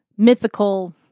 mythical